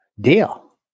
Deal